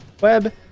web